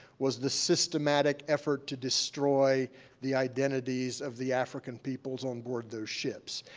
was the systematic effort to destroy the identities of the african peoples on board those ships.